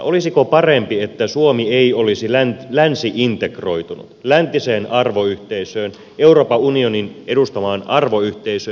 olisiko parempi että suomi ei olisi länsi integroitunut läntiseen arvoyhteisöön euroopan unionin edustamaan arvoyhteisöön